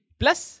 plus